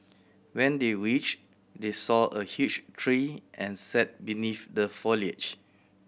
when they reached they saw a huge tree and sat beneath the foliage